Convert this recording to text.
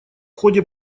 ходе